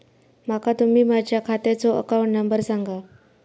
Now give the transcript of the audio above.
माका तुम्ही माझ्या खात्याचो अकाउंट नंबर सांगा?